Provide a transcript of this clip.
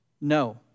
No